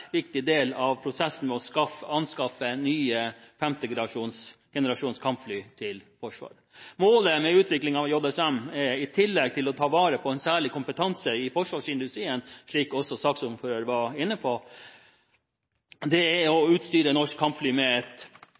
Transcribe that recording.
viktig del av prosessen med å anskaffe nye femtegenerasjons kampfly til Forsvaret. Målet med utviklingen av JSM er, i tillegg til å ta vare på en særlig kompetanse i forsvarsindustrien, slik også saksordføreren var inne på, å utstyre norske kampfly med et